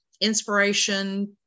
inspiration